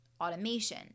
automation